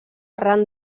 arran